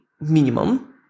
minimum